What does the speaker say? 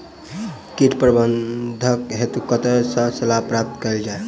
कीट प्रबंधन हेतु कतह सऽ सलाह प्राप्त कैल जाय?